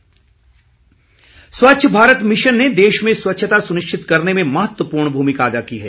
स्वच्छ भारत स्वच्छ भारत मिशन ने देश में स्वच्छता सुनिश्चित करने में महत्वपूर्ण भूमिका अदा की है